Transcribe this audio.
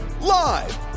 live